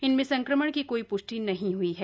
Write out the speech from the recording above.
इनमें संक्रमण की कोई प्ष्टि नहीं हुई है